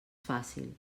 fàcil